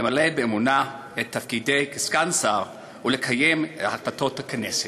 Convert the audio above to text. למלא באמונה את תפקידי כסגן שר ולקיים את החלטות הכנסת.